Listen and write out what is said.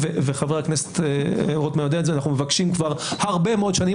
וחבר הכנסת רוטמן יודע את זה אנחנו מבקשים כבר הרבה מאוד שנים,